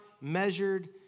measured